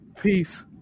Peace